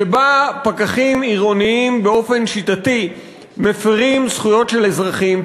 שבה פקחים עירוניים באופן שיטתי מפרים זכויות של אזרחים,